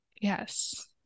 Yes